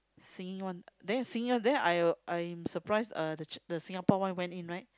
singing one then the singing one then I I'm surprised uh the ch~ the Singapore one went in right